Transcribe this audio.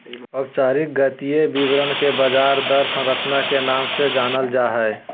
औपचारिक गणितीय विवरण के ब्याज दर संरचना के नाम से जानल जा हय